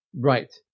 Right